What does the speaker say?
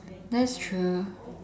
that's true